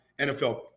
NFL